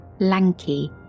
lanky